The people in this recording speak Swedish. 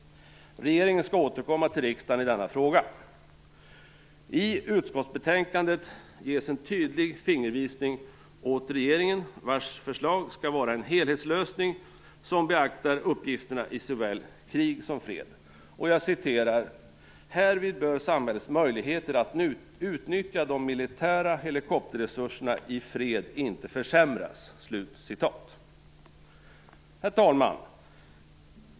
Regeringen skall återkomma till riksdagen i denna fråga. I utskottsbetänkandet ges en tydlig fingervisning åt regeringen, vars förslag skall vara en helhetslösning som beaktar uppgifterna i såväl krig som fred. Utskottet skriver att härvid bör samhällets möjligheter att utnyttja de militära helikopterresurserna i fred inte försämras. Herr talman!